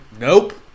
Nope